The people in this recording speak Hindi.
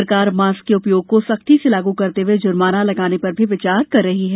सरकार मास्क के उपयोग को सख्ती से लागू करते हए जुर्माना लगाने पर भी विचार कर रही है